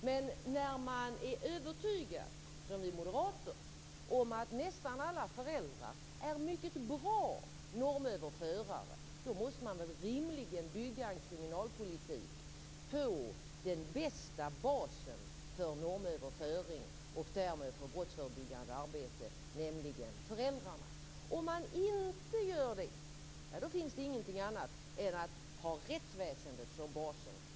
Men när man är övertygad, som vi moderater, om att nästan alla föräldrar är mycket bra normöverförare måste man rimligen bygga en kriminalpolitik på den bästa basen för normöverföring, och därmed för brottsförebyggande arbete, nämligen föräldrarna. Om man inte gör det finns ingenting annat än att ha rättsväsendet som bas.